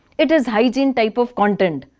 it is hygiene type of content.